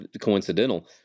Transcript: coincidental